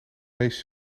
meest